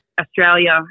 Australia